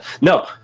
No